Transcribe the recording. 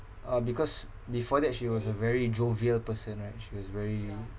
uh because before that she was a very jovial person right she was very